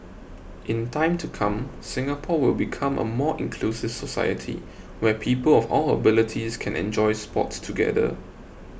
in time to come Singapore will become a more inclusive society where people of all abilities can enjoy sports together